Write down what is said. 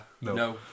No